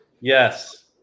Yes